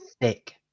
Thick